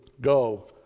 go